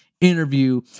interview